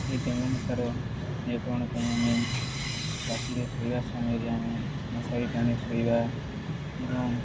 ଏହି ଡେଙ୍ଗୁ ମଶାର ନିରାକରଣ ପାଇଁ ଆମେ ରାତିରେ ଶୋଇବା ସମୟରେ ଆମେ ମଶାରୀ ଟାଣି ଶୋଇବା ଏବଂ